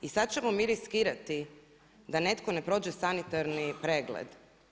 I sad ćemo mi riskirati da netko ne prođe sanitarni pregled?